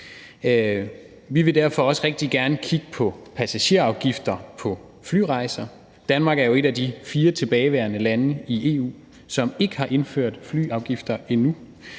Vi vil derfor også rigtig gerne kigge på passagerafgifter på flyrejser. Danmark er jo et af de fire tilbageværende lande i EU, som ikke har indført flyafgifter endnu.